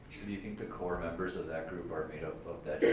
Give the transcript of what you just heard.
do you think the core members of that group are made up